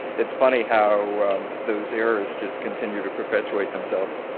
it's funny how those errors just continue to perpetuate themselves.